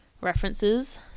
references